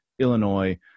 Illinois